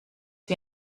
wie